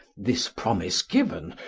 this promise given,